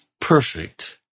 perfect